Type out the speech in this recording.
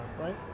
right